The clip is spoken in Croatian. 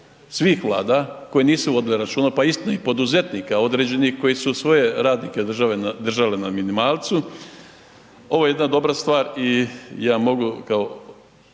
svih vlada koje nisu vodile računa pa i poduzetnika određenih koji su svoje radnike držali na minimalcu. Ovo je jedna dobra stvar i ja mogu